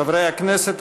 חברי הכנסת,